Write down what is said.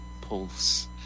pulse